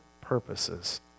purposes